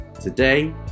today